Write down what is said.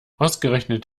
ausgerechnet